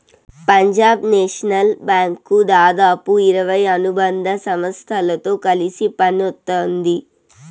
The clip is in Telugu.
పంజాబ్ నేషనల్ బ్యాంకు దాదాపు ఇరవై అనుబంధ సంస్థలతో కలిసి పనిత్తోంది